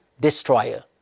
destroyer